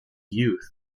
youth